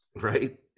right